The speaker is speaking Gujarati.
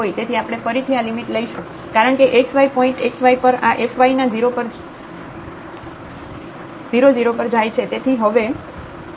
તેથી આપણે ફરીથી આ લિમિટ લઈશું કારણ કે xy પોઇન્ટ xy પર આ f yના 0 0 પર જાય છે